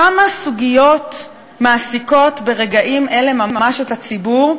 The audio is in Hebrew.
כמה סוגיות מעסיקות ברגעים אלה ממש את הציבור,